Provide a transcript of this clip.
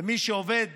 ומי שעובד